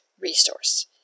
resource